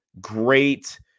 great